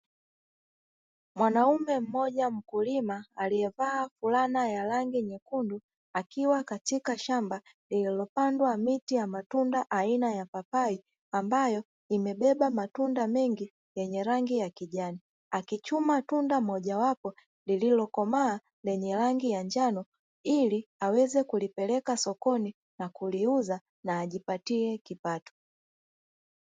Mwanaume mmoja mkulima aliyevaa fulana ya rangi nyekundu akiwa katika shamba lililopandwa miti ya matunda aina ya papai ambayo imebeba matunda mengi yenye rangi ya kijani, akichuma tunda moja wapo lililokomaa lenye rangi ya njano ili aweze kulipeleka sokoni na kuliuza na ajipatie kipato.